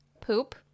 poop